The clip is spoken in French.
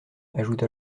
ajouta